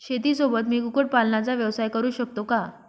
शेतीसोबत मी कुक्कुटपालनाचा व्यवसाय करु शकतो का?